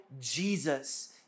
Jesus